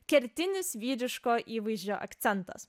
kertinis vyriško įvaizdžio akcentas